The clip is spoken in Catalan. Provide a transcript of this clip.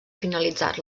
finalitzar